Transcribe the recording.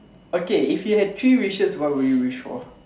okay if you had three wishes what would you wish for